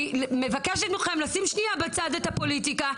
אני מבקשת לשים שניה בצד את הפוליטיקה,